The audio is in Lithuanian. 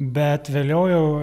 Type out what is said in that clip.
bet vėliau jau